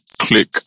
click